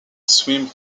swim